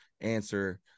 answer